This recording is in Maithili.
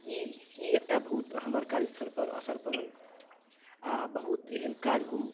ई ई एकटा बहुत हमर कार्यस्थल पर असर पड़ल आ बहुत एहन काज हम